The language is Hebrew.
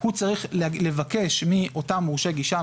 הוא צריך לבקש מאותם מורשה גישה,